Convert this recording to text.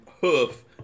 hoof